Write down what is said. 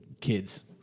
kids